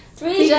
Three